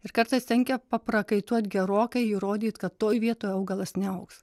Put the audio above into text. ir kartais tenka paprakaituot gerokai įrodyt kad toj vietoj augalas neaugs